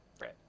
right